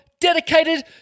dedicated